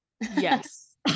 Yes